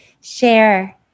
share